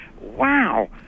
wow